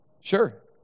Sure